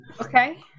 Okay